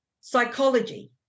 psychology